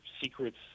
secrets